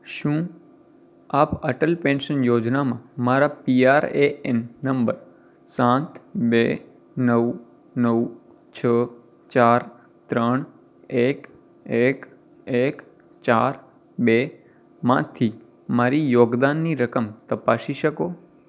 શું આપ અટલ પેન્શન યોજનામાં મારા પી આર એ એન નંબર સાત બે નવ નવ છ ચાર ત્રણ એક એક એક ચાર બે માંથી મારી યોગદાનની રકમ તપાસી શકો